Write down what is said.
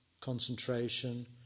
concentration